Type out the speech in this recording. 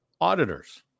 auditors